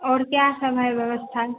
और क्या सब है व्यवस्था